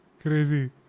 Crazy